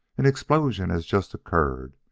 an explosion has just occurred.